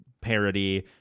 parody